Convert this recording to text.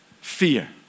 fear